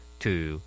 two